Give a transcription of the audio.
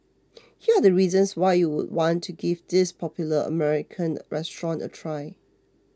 here are the reasons why you would want to give this popular American restaurant a try